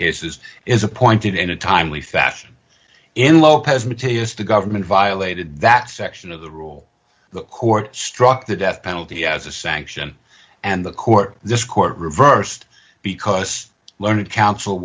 cases is appointed in a timely fashion in lopez mathias the government violated that section of the rule the court struck the death penalty as a sanction and the court this court reversed because learned counsel